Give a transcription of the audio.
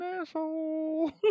asshole